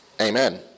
Amen